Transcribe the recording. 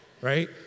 Right